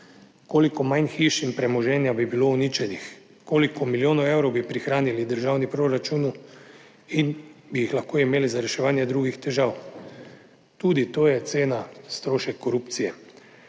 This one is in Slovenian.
Koliko manj hiš in premoženja bi bilo uničenih, koliko milijonov evrov bi prihranili v državni proračun in bi jih lahko imeli za reševanje drugih težav? Tudi to je cena, strošek korupcije.